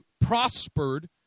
prospered